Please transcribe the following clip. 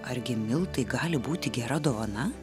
argi miltai gali būti gera dovana